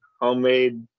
homemade